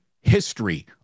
history